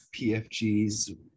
PFGs